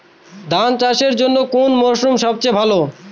ধান চাষের জন্যে কোন মরশুম সবচেয়ে ভালো?